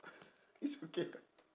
it's okay [what]